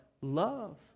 Love